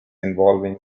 involving